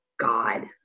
god